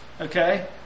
okay